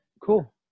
Cool